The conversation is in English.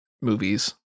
movies